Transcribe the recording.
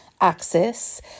access